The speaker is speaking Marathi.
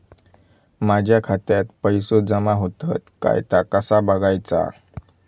माझ्या खात्यात पैसो जमा होतत काय ता कसा बगायचा?